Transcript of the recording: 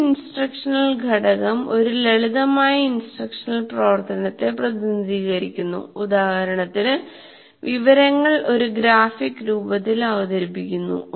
ഒരു ഇൻസ്ട്രക്ഷണൽ ഘടകം ഒരു ലളിതമായ ഇൻസ്ട്രക്ഷണൽ പ്രവർത്തനത്തെ പ്രതിനിധീകരിക്കുന്നു ഉദാഹരണത്തിന് വിവരങ്ങൾ ഒരു ഗ്രാഫിക് രൂപത്തിൽ അവതരിപ്പിക്കുന്നു